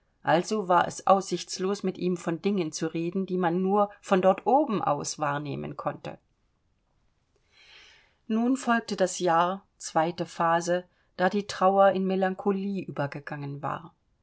also war es aussichtslos mit ihm von dingen zu reden die man nur von dort oben aus wahrnehmen konnte nun folgte das jahr zweite phase da die trauer in melancholie übergegangen war